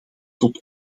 tot